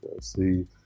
see